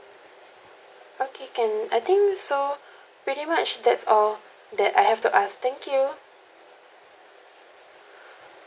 okay can I think so pretty much that's all that I have to ask thank you